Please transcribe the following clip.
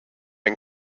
and